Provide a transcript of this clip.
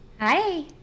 Hi